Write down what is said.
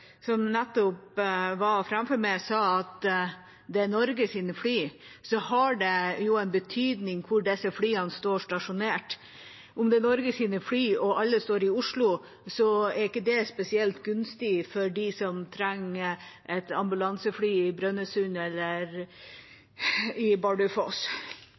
som nettopp hadde ordet, sa at det er Norges fly, har det jo en betydning hvor disse flyene er stasjonert. Om det er Norges fly og alle står i Oslo, er ikke det spesielt gunstig for dem som trenger et ambulansefly i Brønnøysund eller i Bardufoss.